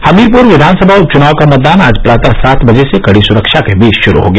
हमीरपुर विधानसभा उप चुनाव का मतदान आज प्रातः सात बजे से कड़ी सुरक्षा के बीच शुरू हो गया